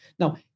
Now